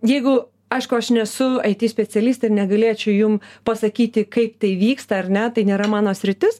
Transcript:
jeigu aišku aš nesu it specialistė ir negalėčiau jum pasakyti kaip tai vyksta ar ne tai nėra mano sritis